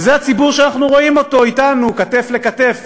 וזה הציבור שאנחנו רואים אתנו, כתף אל כתף,